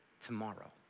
tomorrow